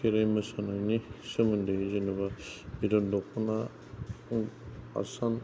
खेराय मोसानायनि सोमोन्दै जेनेबा बिदन दख'ना आसान